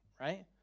right